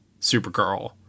Supergirl